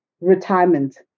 retirement